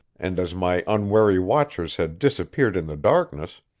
and as my unwary watchers had disappeared in the darkness,